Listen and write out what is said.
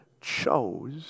chose